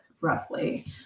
roughly